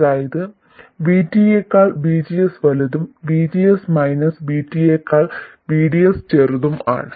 അതായത് VT യെക്കാൾ VGS വലുതും VGS മൈനസ് VT യെക്കാൾ VDS ചെറുതും ആണ്